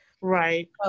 right